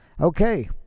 Okay